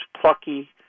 plucky